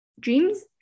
dreams